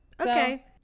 Okay